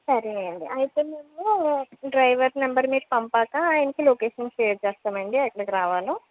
సరే అండి అయితే మేము డ్రైవర్ నంబర్ మీరు పంపాక ఆయనకి లొకేషన్ షేర్ చేస్తామండి ఎక్కడికి రావాలో